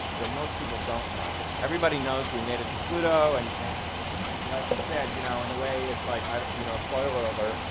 that most people don't know. everybody knows we made it to pluto. and and like you said, you know in a way it's like you know spoiler alert.